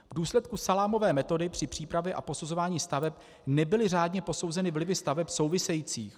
V důsledku salámové metody při přípravě a posuzování staveb nebyly řádně posouzeny vlivy staveb souvisejících.